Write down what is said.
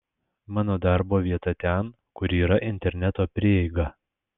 mano darbo vieta ten kur yra interneto prieiga